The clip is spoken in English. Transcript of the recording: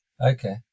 okay